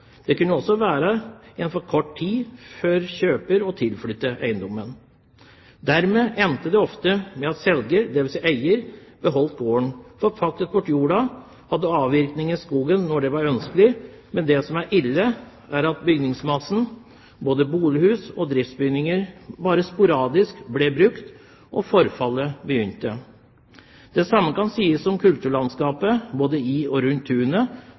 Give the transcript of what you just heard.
det kunne være for kort tid for kjøper til å flytte til eiendommen. Dermed endte det ofte med at selger, dvs. eier, beholdt gården, forpaktet bort jorden og hadde avvirkning i skogen når det var ønskelig. Men det som er ille, er at bygningsmassen, både bolighus og driftsbygninger, bare sporadisk ble brukt, og forfallet begynte. Det samme kan sies om kulturlandskapet både i og rundt tunet,